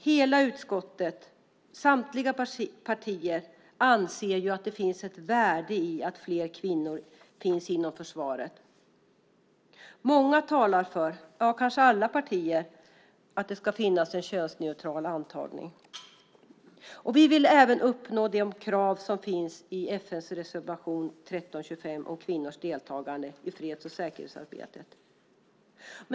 Hela utskottet, samtliga partier, anser ju att det finns ett värde i fler kvinnor inom försvaret. Många, kanske alla, partier talar för att det ska finnas en könsneutral antagning. Vi vill även uppnå de krav som finns i FN:s resolution 1325 om kvinnors deltagande i freds och säkerhetsarbetet.